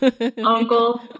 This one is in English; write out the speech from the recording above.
Uncle